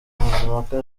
mazimpaka